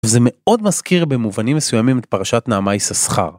וזה מאוד מזכיר במובנים מסוימים את פרשת נעמה יששכר.